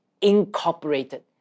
Incorporated